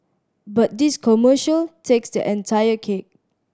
but this commercial takes the entire cake